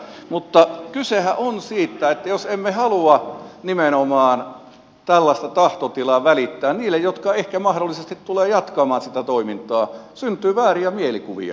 mutta kysehän on siitä että jos emme halua nimenomaan tällaista tahtotilaa välittää niille jotka ehkä mahdollisesti tulevat jatkamaan sitä toimintaa syntyy vääriä mielikuvia